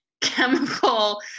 chemical